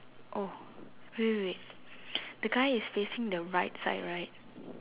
oh wait wait wait the guy is facing the right side right